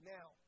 Now